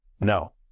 no